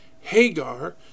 Hagar